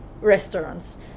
restaurants